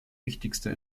wichtigster